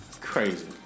Crazy